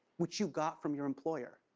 which you got from your employer.